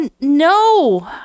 no